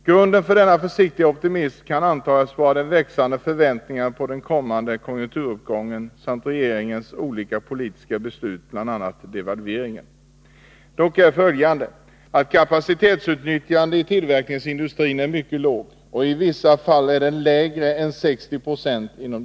Grunden för denna försiktiga optimism kan antas vara de växande förväntningarna på en kommande konjunkturuppgång samt regeringens olika politiska beslut, bl.a. devalveringsbeslutet. Kapacitetsutnyttjandet i tillverkningsindustrin är dock mycket lågt, i vissa fall lägre än 60 90.